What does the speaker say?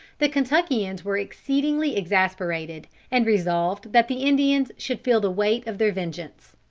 the kentuckians were exceedingly exasperated, and resolved that the indians should feel the weight of their vengeance.